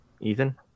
Ethan